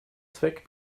zweck